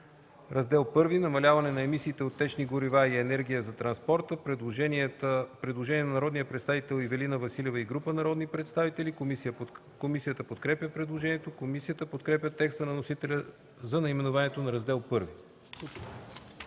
Раздел I – „Намаляване на емисиите от течни горива и енергия за транспорта”. Предложение на народния представител Ивелина Василева и група народни представители. Комисията подкрепя предложението. Комисията подкрепя текста на вносителя за наименованието на Раздел I.